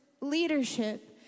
leadership